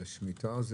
שמיטה,